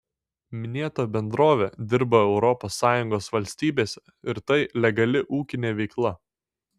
minėta bendrovė dirba europos sąjungos valstybėse ir tai legali ūkinė veikla